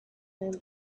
him